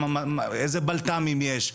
איזה בלת"מים יש,